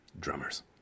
Drummers